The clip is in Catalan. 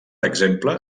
exemple